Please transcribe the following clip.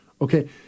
Okay